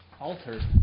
altered